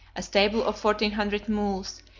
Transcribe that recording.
a stable of fourteen hundred mules,